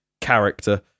Character